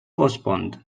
postponed